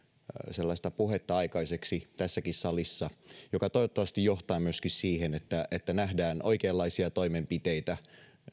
aikaiseksi tässäkin salissa sellaista puhetta joka toivottavasti johtaa myöskin siihen että että nähdään oikeanlaisia toimenpiteitä